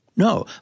No